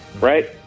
right